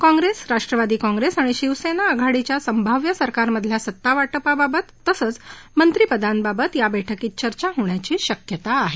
काँग्रेस राष्ट्रवादी काँग्रेस आणि शिवसेना आघाडीच्या संभाव्य सरकारमधल्या सत्ता वाटपाबाबत तसंच मंत्रीपदांबाबत या बैठकीत चर्चा होण्याची शक्यता आहे